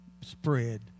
spread